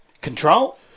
control